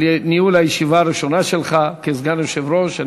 על ניהול הישיבה הראשונה כסגן היושב-ראש.